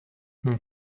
mon